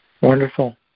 Wonderful